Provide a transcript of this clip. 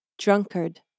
drunkard